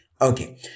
Okay